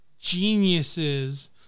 Geniuses